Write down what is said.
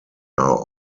are